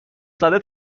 زده